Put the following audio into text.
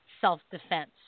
self-defense